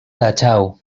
dachau